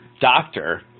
Doctor